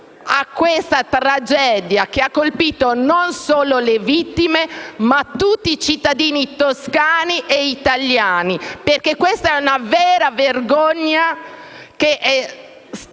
a questa tragedia, che ha colpito non solo le vittime, ma tutti i cittadini toscani e italiani, perché è una vera vergogna quella